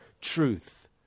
truth